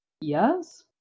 Yes